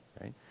right